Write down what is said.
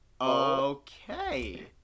Okay